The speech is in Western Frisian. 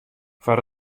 foar